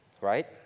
right